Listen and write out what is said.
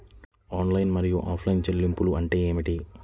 Online మరియు offline చెల్లింపులు అంటే ఏమిటి?